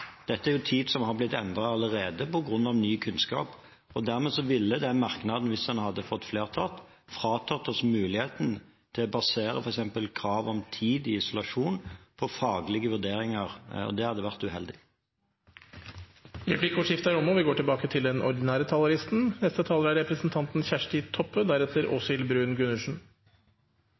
Dette er jo tid som er blitt endret allerede på grunn av ny kunnskap. Dermed ville den merknaden, hvis den hadde fått støtte av et flertall, fratatt oss muligheten til å basere f.eks. kravet om tid i isolasjon på faglige vurderinger, og det hadde vært uheldig. Replikkordskiftet er omme.